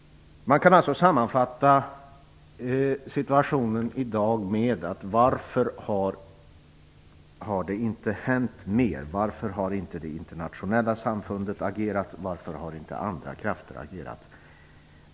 Man kan alltså sammanfatta situationen i dag på detta sätt: Varför har det inte hänt mer? Varför har inte det internationella samfundet agerat? Varför har inte andra krafter agerat?